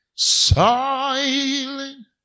silent